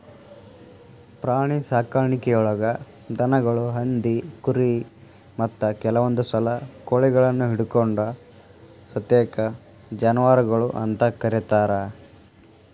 ಪ್ರಾಣಿಸಾಕಾಣಿಕೆಯೊಳಗ ದನಗಳು, ಹಂದಿ, ಕುರಿ, ಮತ್ತ ಕೆಲವಂದುಸಲ ಕೋಳಿಗಳನ್ನು ಹಿಡಕೊಂಡ ಸತೇಕ ಜಾನುವಾರಗಳು ಅಂತ ಕರೇತಾರ